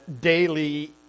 daily